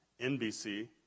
NBC